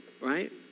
right